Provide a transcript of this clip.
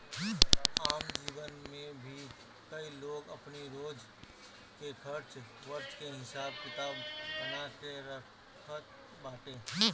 आम जीवन में भी कई लोग अपनी रोज के खर्च वर्च के हिसाब किताब बना के रखत बाटे